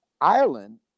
Ireland